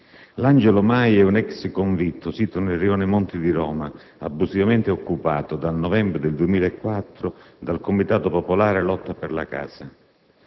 L'Angelo Mai è un ex convitto, sito nel Rione Monti di Roma, abusivamente occupato dal novembre 2004 dal "Comitato popolare lotta per la casa".